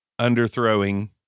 underthrowing